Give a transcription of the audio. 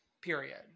Period